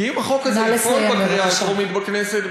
כי אם החוק הזה ייפול בקריאה הטרומית בכנסת,